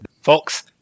folks